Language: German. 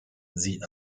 sie